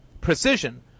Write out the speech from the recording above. precision